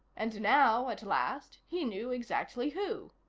and now, at last, he knew exactly who.